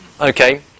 okay